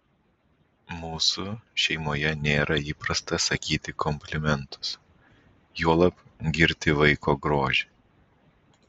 mūsų šeimoje nėra įprasta sakyti komplimentus juolab girti vaiko grožį